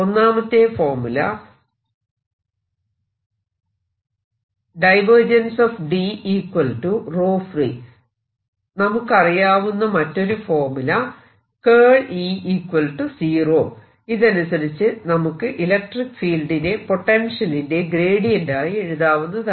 ഒന്നാമത്തെ ഫോർമുല നമുക്കറിയാവുന്ന മറ്റൊരു ഫോർമുല ഇതനുസരിച്ച് നമുക്ക് ഇലക്ട്രിക്ക് ഫീൽഡിനെ പൊട്ടൻഷ്യലിന്റെ ഗ്രേഡിയന്റ് ആയി എഴുതാവുന്നതാണ്